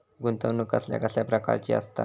गुंतवणूक कसल्या कसल्या प्रकाराची असता?